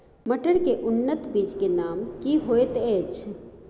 मटर के उन्नत बीज के नाम की होयत ऐछ?